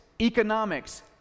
economics